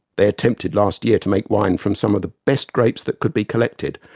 they attempted last year to make wine from some of the best grapes that could be collected,